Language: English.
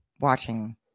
watching